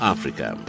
Africa